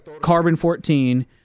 carbon-14